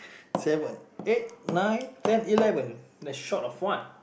seven eight nine ten eleven you're short of one